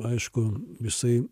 aišku jisai